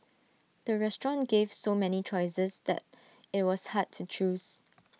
the restaurant gave so many choices that IT was hard to choose